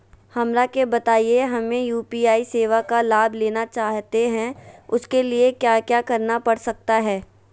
हमरा के बताइए हमें यू.पी.आई सेवा का लाभ लेना चाहते हैं उसके लिए क्या क्या करना पड़ सकता है?